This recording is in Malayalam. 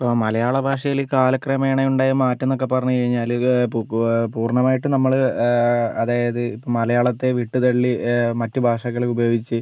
ഇപ്പോൾ മലയാള ഭാഷയില് കാലക്രമേണ ഉണ്ടായ മാറ്റമെന്നൊക്കെ പറഞ്ഞ് കഴിഞ്ഞാല് പു പു പൂർണമായിട്ട് നമ്മള് അതായത് ഇപ്പോൾ മലയാളത്തെ വിട്ട് തള്ളി മറ്റ് ഭാഷകളെ ഉപയോഗിച്ച്